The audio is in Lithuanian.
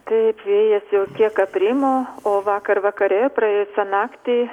taip vėjas jau kiek aprimo o vakar vakare praėjusią naktį